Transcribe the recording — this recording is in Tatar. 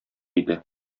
иде